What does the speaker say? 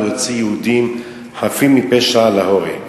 להוציא יהודים חפים מפשע להורג.